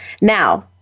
Now